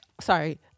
sorry